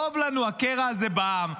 טוב לנו הקרע הזה בעם.